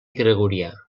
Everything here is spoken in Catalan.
gregorià